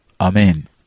Amen